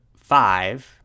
five